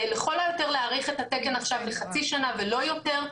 לכל היותר להאריך את התקן עכשיו בחצי שנה ולא יותר.